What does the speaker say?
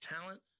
talent